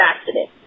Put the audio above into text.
accident